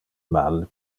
mal